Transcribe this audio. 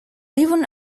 even